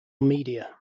media